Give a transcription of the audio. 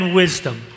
wisdom